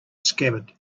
scabbard